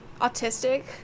autistic